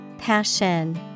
Passion